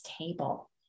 table